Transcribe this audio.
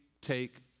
take